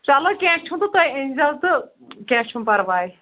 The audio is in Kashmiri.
چلو کیٚنٛہہ چھُنہٕ تہٕ تۄہہِ أنۍ زیٚو تہٕ کیٚنٛہہ چھُنہٕ پَرواے